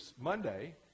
Monday